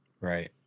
Right